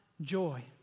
joy